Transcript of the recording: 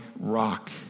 rock